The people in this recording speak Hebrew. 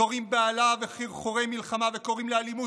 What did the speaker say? זורעים בהלה וחרחורי מלחמה וקוראים לאלימות